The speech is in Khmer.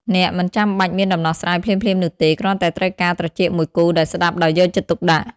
អ្នកមិនចាំបាច់មានដំណោះស្រាយភ្លាមៗនោះទេ គ្រាន់តែត្រូវការត្រចៀកមួយគូដែលស្តាប់ដោយយកចិត្តទុកដាក់។